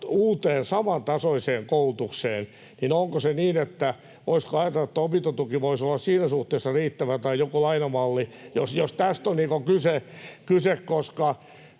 uuteen, samantasoiseen koulutukseen, niin voisiko ajatella, että opintotuki voisi olla siinä suhteessa riittävä tai jokin lainamalli? Jos tästä on kyse, koska